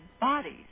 bodies